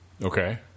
Okay